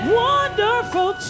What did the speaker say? wonderful